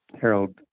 Harold